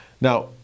Now